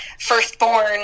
firstborn